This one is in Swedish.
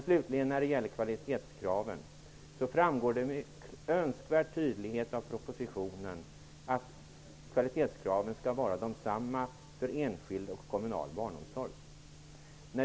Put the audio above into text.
Slutligen har vi frågan om kvalitetskraven. Det framgår med all önskvärd tydlighet i propositionen att kvalitetskraven skall vara desamma för enskild och kommunal barnomsorg.